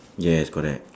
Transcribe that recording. yes correct